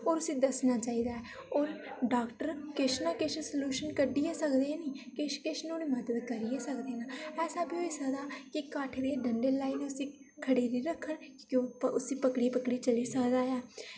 और उसी दस्सना चाहिदा ओह् डाक्टर किश न किश सलूशन कड्ढी गै सकदा ऐ किश किश नुहाड़ी मदद करी गै सकदा ऐ उसी पकड़ी पकड़ी चली सकदा ऐ